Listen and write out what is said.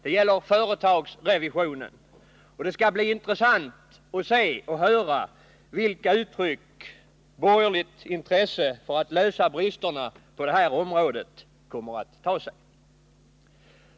Det gäller företagsrevisionen. Det skall bli intressant att höra vilka uttryck borgerligt intresse för att avhjälpa bristerna på det här området kommer att ta sig.